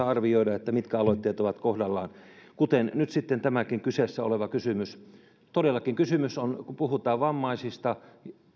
arvioida mitkä aloitteet ovat kohdallaan kuten nyt sitten tämäkin kyseessä oleva kysymys todellakin kysymys on kun puhutaan vammaisista